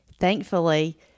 Thankfully